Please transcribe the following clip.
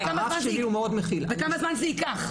וכמה זמן זה ייקח?